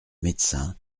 médecin